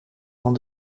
van